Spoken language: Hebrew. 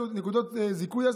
נקודות הזיכוי,